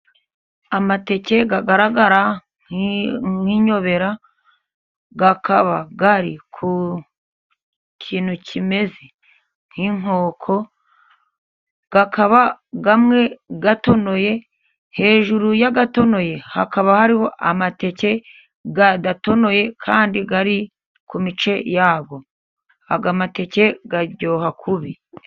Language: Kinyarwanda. Amateke agaragara nk'inyobera akaba ari ku kintu kimeze nk'inkoko, akaba amwe atonoye hejuru y'atonoye, hakaba hariho amateke adatonoye kandi ari ku mice yabo, ay'amateke aryoha kubi.